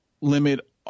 limit